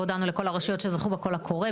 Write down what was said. והודענו לכל הרשויות שזכו בקול הקורא.